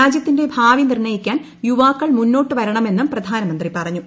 രാജ്യത്തിന്റെ ഭാവി നിർണയിക്കാൻ യുവാക്കൾ മുന്നോട്ടു വരണമെന്നും പ്രധാനമന്ത്രി പറഞ്ഞു